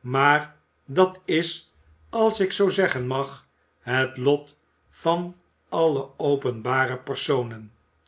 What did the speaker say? maar dat is als ik zoo zeggen mag het lot van alle openbare personen